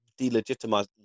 delegitimize